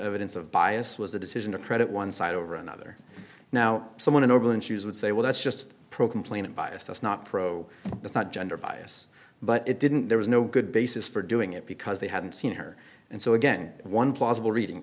evidence of bias was the decision to credit one side over another now someone in oberlin shoes would say well that's just pro complaining bias that's not pro it's not gender bias but it didn't there was no good basis for doing it because they hadn't seen her and so again one plausible reading